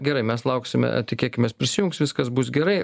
gerai mes lauksime tikėkimės prisijungs viskas bus gerai